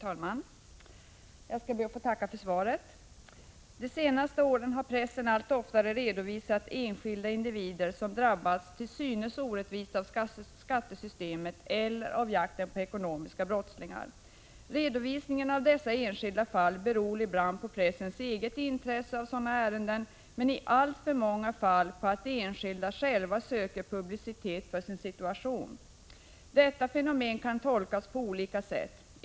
Herr talman! Jag skall be att få tacka för svaret. De senaste åren har pressen allt oftare redovisat fall där enskilda individer drabbats till synes ”orättvist” av skattesystemet eller av jakten på ekonomiska brottslingar. Redovisningen av dessa enskilda fall beror ibland på pressens eget intresse av sådana här ärenden, men i alltför många fall på att de enskilda själva söker publicitet för sin situation. Detta fenomen kan tolkas på olika sätt.